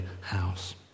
house